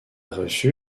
reçu